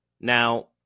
Now